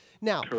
Now